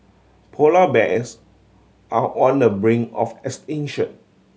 polar bears are on the brink of extinction